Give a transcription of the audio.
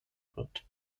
wird